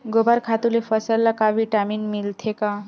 गोबर खातु ले फसल ल का विटामिन मिलथे का?